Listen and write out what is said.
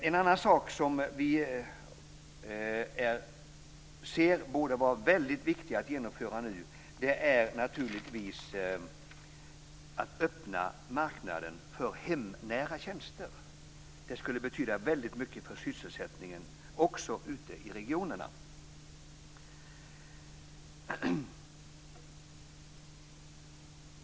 En annan sak som vi anser att det är väldigt viktig att man nu genomför är öppnandet av marknaden för hemnära tjänster. Det skulle betyda väldigt mycket för sysselsättningen också ute i regionerna.